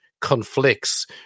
conflicts